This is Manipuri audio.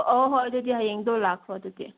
ꯑꯣ ꯍꯣꯏ ꯑꯗꯨꯗꯤ ꯍꯌꯦꯡꯗꯨ ꯂꯥꯛꯈ꯭ꯔꯣ ꯑꯗꯨꯗꯤ